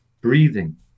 Breathing